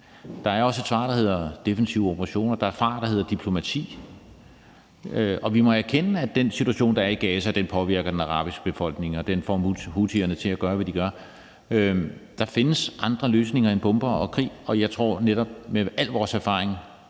Der er også et svar, der hedder defensive operationer; der er et svar, der hedder diplomati. Og vi må erkende, at den situation, der er i Gaza, påvirker den arabiske befolkning, og at den får houthierne til at gøre, hvad de gør. Der findes andre løsninger end bomber og krig, og jeg tror netop med al vores erfaring,